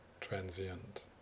transient